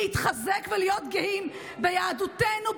להתחזק ולהיות גאים ביהדותנו,